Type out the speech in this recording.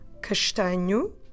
castanho